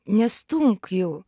nestumk jų